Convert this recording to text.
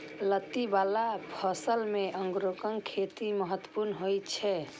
लत्ती बला फसल मे अंगूरक खेती महत्वपूर्ण होइ छै